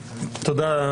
תודה,